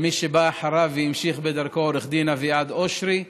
למי שבא אחריו והמשיך בדרכו, עו"ד אביעד אושרי,